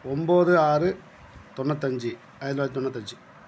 ஒம்பது ஆறு தொண்ணூத்தஞ்சு ஆயிரத்தி தொள்ளாயிரத்தி தொண்ணூத்தஞ்சு